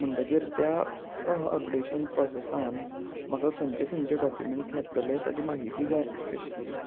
म्हणटगीर त्या अपडेशन प्रोसेसान म्हाका खंयचे खंयचे डॉक्युमेंट्स लागतले ताची म्हायती जाय आशिल्ली